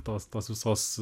tos tos visos